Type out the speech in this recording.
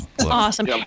awesome